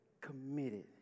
committed